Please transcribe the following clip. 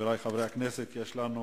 חברי חברי הכנסת, יש לנו